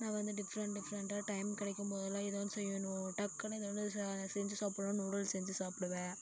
நான் வந்து டிஃப்ரெண்ட் டிஃப்ரெண்ட்டாக டைம் கிடைக்கும் போதெல்லாம் ஏதோ ஒன்று செய்யணும் டக்குன்னு எதாவது செஞ்சு சாப்பிடணுன்னா நூடுல்ஸ் செஞ்சு சாப்பிடுவேன்